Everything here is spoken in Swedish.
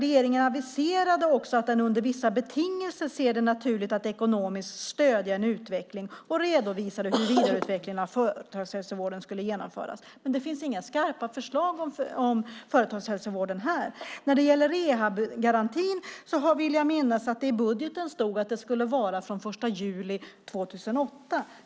Regeringen aviserade också att den under vissa betingelser ser det naturligt att ekonomiskt stödja en utveckling och redovisade hur vidareutvecklingen av företagshälsovården skulle genomföras. Men det finns inga skarpa förslag när det gäller företagshälsovården här. Jag vill minnas att det stod i budgeten att rehabgarantin skulle gälla från den 1 juli 2008.